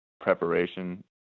preparation